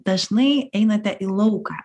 dažnai einate į lauką